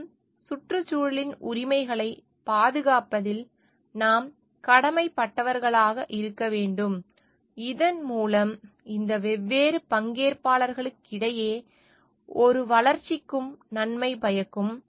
மேலும் சுற்றுச்சூழலின் உரிமைகளைப் பாதுகாப்பதில் நாம் கடமைப்பட்டவர்களாக இருக்க வேண்டும் இதன்மூலம் இந்த வெவ்வேறு பங்கேற்பாளர்களிடையே ஒரு ஒருங்கிணைப்பு உருவாகிறது இது பரஸ்பர சகவாழ்வுக்கும் நிலையான வளர்ச்சிக்கும் நன்மை பயக்கும்